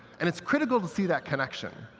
and it's critical to see that connection.